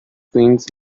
things